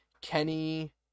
Kenny